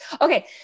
Okay